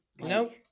Nope